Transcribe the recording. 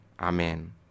Amen